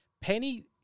Penny